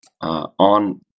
On